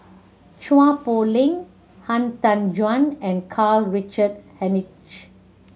Chua Poh Leng Han Tan Juan and Karl Richard Hanitsch